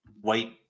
white